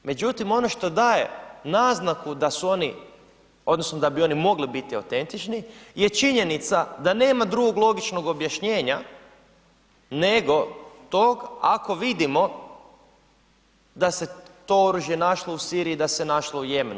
Međutim, ono što daje naznaku da su oni, odnosno da bi oni mogli biti autentični je činjenica da nema drugog logičnog objašnjenja nego tog ako vidimo da se to oružje našlo u Siriji, da se našlo u Jemenu.